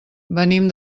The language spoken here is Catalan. venim